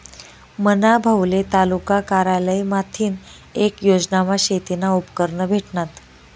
मना भाऊले तालुका कारयालय माथीन येक योजनामा शेतीना उपकरणं भेटनात